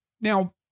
Now